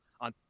on